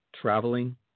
traveling